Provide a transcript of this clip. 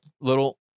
little